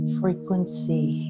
frequency